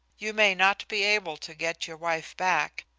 you may not be able to get your wife back,